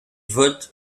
vote